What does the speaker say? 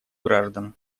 граждан